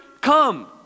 come